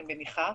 אני מניחה,